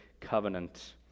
covenant